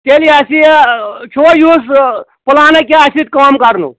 تیٚلی آسہِ یہِ چھُوا یِہُس پٕلانا کیٚنہہ اَسہِ سۭتۍ کٲم کَرنُک